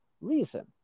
reason